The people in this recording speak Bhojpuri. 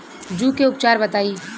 जूं के उपचार बताई?